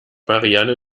marianne